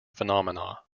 phenomena